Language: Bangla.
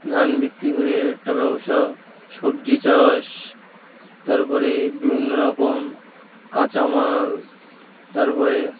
ধান বিক্রি করে টাকা পয়সা সবজি চাষ তার পরে বিভিন্ন রকম কাঁচামাল তার পরে